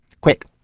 Quick